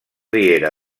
riera